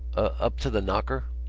up to the knocker?